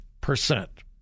percent